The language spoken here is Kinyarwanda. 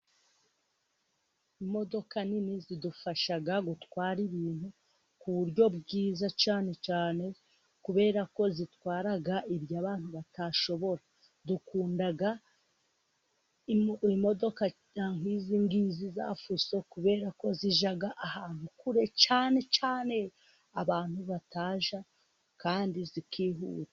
Imodoka nini zidufasha gutwara ibintu ku buryo bwiza cyane cyane, kubera ko zitwara abantu batashobora, dukunda imodoka nk'izi ngizi za fuso, kubera ko zijya ahantu kure cyane cyane abantu batajya kandi zikihuta.